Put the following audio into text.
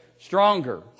stronger